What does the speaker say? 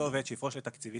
להצעת חוק ההתייעלות הכלכלית,